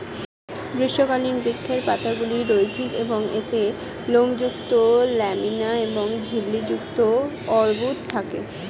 গ্রীষ্মকালীন বৃক্ষের পাতাগুলি রৈখিক এবং এতে লোমযুক্ত ল্যামিনা এবং ঝিল্লি যুক্ত অর্বুদ থাকে